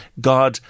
God